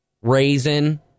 raisin